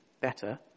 better